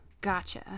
Gotcha